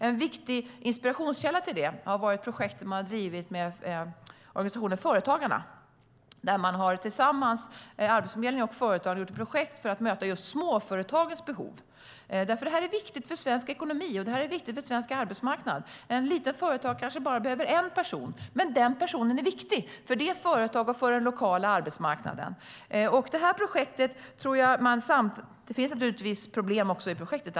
En viktig inspirationskälla till det har varit ett projekt som drivits tillsammans med organisationen Företagarna. Arbetsförmedlingen och Företagarna har tillsammans startat ett projekt för att möta småföretagens behov. Det är viktigt för svensk ekonomi, och det är viktigt för svensk arbetsmarknad. Ett litet företag kanske bara behöver en person, men den personen är viktig för det företaget och för den lokala arbetsmarknaden. Det har naturligtvis också funnits problem med projektet.